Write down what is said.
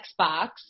Xbox